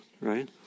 Right